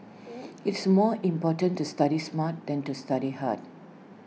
it's more important to study smart than to study hard